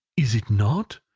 is it not?